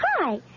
Hi